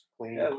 clean